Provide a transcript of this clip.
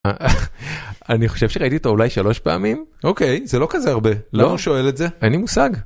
אני חושב שראיתי אתו אולי שלוש פעמים. אוקיי, זה לא כזה הרבה. לא? שואל את זה, אין לי מושג.